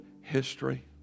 history